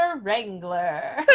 Wrangler